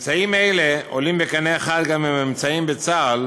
ממצאים אלו עולים בקנה אחד גם עם הממצאים בצה"ל